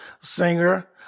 Singer